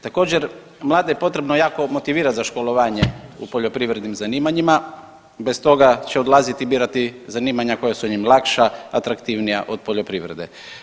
Također, mlade je potrebno jako motivirati za školovanje u poljoprivrednim zanimanjima bez toga će odlaziti i birati zanimanja koja su im lakša, atraktivnija od poljoprivrede.